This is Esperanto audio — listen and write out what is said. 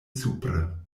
supre